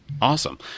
Awesome